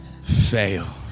fail